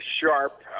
sharp